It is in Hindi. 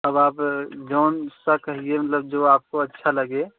अब आप कौन सा कहिए मतलब जो आपको अच्छा लगे